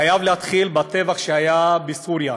אני חייב להתחיל בטבח שהיה בסוריה.